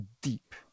deep